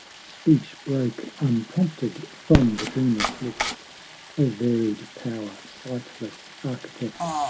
speech broke unprompted from the dreamer's lips varied power, sightless architect,